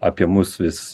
apie mus vis